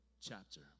chapter